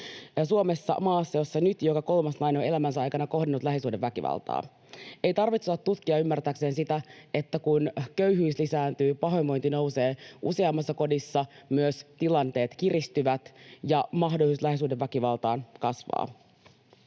Suomessa, maassa, jossa nyt joka kolmas nainen on elämänsä aikana kohdannut lähisuhdeväkivaltaa. Ei tarvitse olla tutkija ymmärtääkseen sitä, että kun köyhyys lisääntyy, pahoinvointi nousee. Useammassa kodissa myös tilanteet kiristyvät, ja mahdollisuus lähisuhdeväkivaltaan kasvaa.